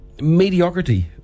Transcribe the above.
mediocrity